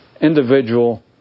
individual